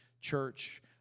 Church